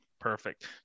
Perfect